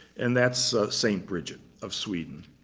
and that's st. bridget of sweden.